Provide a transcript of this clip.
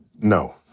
No